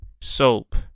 soap